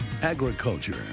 agriculture